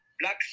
black